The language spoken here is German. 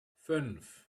fünf